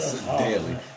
daily